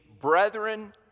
brethren